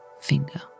finger